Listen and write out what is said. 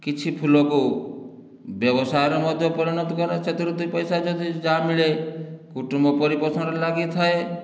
କିଛି ଫୁଲକୁ ବ୍ୟବସାୟରେ ମଧ୍ୟ ପରିଣତ କରେ ସେଥିରୁ ଦୁଇ ପଇସା ଯଦି ଯାହା ମିଳେ କୁଟୁମ୍ବ ପରିପୋଷଣରେ ଲାଗିଥାଏ